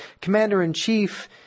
commander-in-chief